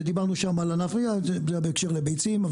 ודיברנו שם על ענף בהקשר לביצים,